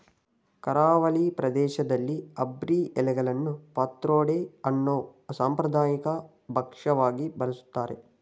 ಕರಾವಳಿ ಪ್ರದೇಶ್ದಲ್ಲಿ ಅರ್ಬಿ ಎಲೆಗಳನ್ನು ಪತ್ರೊಡೆ ಅನ್ನೋ ಸಾಂಪ್ರದಾಯಿಕ ಭಕ್ಷ್ಯವಾಗಿ ಬಳಸ್ತಾರೆ